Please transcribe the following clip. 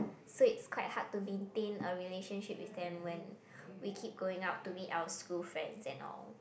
so it's quite hard to maintain a relationship with them when we keep going out to meet our school friends and all